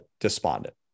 despondent